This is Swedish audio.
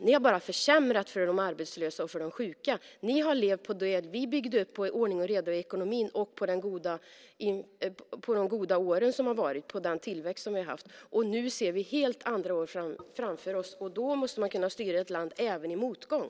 Ni har bara försämrat för de arbetslösa och för de sjuka. Ni har levt på det vi byggde upp, på ordningen och redan i ekonomin, på de goda år som har varit och på den tillväxt vi har haft. Nu ser vi helt andra år framför oss, och man måste kunna styra ett land även i motgång.